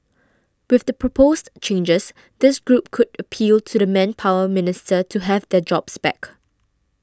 with the proposed changes this group could appeal to the Manpower Minister to have their jobs back